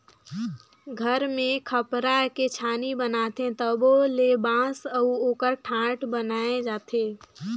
घर मे खपरा के छानी बनाथे तबो ले बांस अउ ओकर ठाठ बनाये जाथे